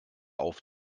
auf